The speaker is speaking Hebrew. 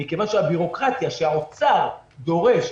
בגלל הביורוקרטיה שהאוצר דורש,